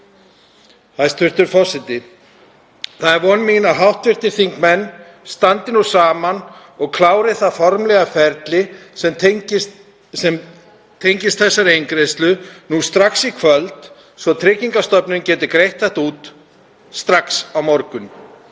Hæstv. forseti. Það er von mín að hv. þingmenn standi saman og klári það formlega ferli sem tengist þessari eingreiðslu nú strax í kvöld svo Tryggingastofnun geti greitt þetta út strax á morgun.